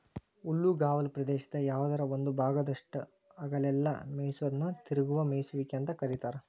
ಹುಲ್ಲುಗಾವಲ ಪ್ರದೇಶದ ಯಾವದರ ಒಂದ ಭಾಗದಾಗಷ್ಟ ಹಗಲೆಲ್ಲ ಮೇಯಿಸೋದನ್ನ ತಿರುಗುವ ಮೇಯಿಸುವಿಕೆ ಅಂತ ಕರೇತಾರ